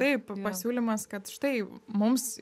taip pasiūlymas kad štai mums